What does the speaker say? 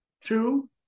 Two